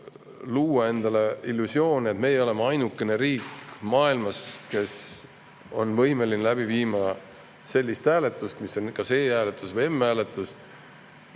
luua endale illusiooni, nagu meie oleksime ainukene riik maailmas, kes on võimeline läbi viima sellist hääletust, mis on kas e‑hääletus või m‑hääletus.